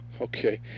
Okay